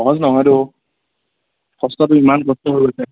সহজ নহয়টো কষ্টটো ইমান কষ্ট হৈছে